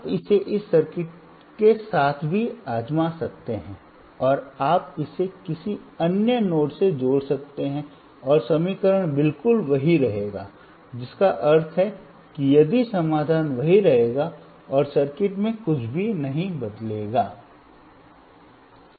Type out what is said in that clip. आप इसे इस सर्किट के साथ भी आजमा सकते हैं आप इसे किसी अन्य नोड से जोड़ सकते हैं और समीकरण बिल्कुल वही रहेंगे जिसका अर्थ है कि यदि समाधान वही रहेगा और सर्किट में कुछ भी नहीं बदला है